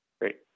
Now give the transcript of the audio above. Great